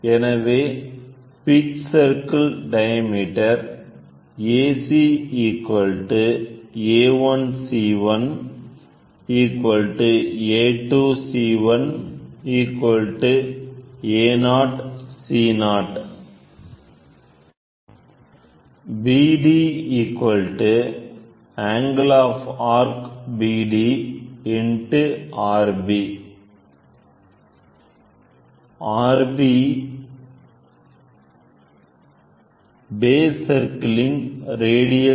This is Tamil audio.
எனவே pitch circle diameter AC A1 C1 A2 C 1 Ao Co BD angle of arc BD × Rb where Rb is the radius of base circle